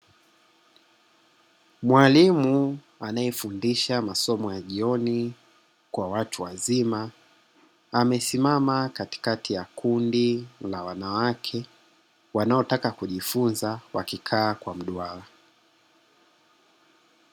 Mwalimu anaefundisha masomo ya jioni kwa watu wazima, amesimama katikati ya kundi la wanawake wanaotaka kujifunza, wakikaa kwa mduara.